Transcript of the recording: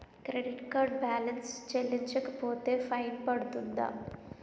Credit card balance చెల్లించకపోతే fine పడ్తుంద?